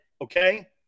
okay